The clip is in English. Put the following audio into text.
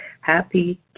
happy